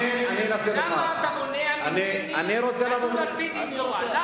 למה אתה מונע ממני לדון על-פי דין תורה?